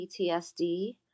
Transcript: PTSD